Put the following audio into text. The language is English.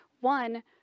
one